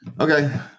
Okay